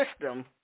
system